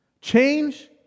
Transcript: Change